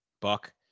buck